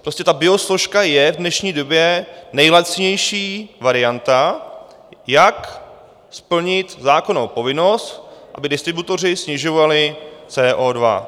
Prostě ta biosložka je v dnešní době nejlacinější varianta, jak splnit zákonnou povinnost, aby distributoři snižovali CO2.